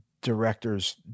directors